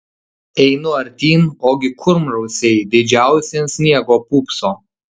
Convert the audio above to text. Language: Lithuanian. einu artyn ogi kurmrausiai didžiausi ant sniego pūpso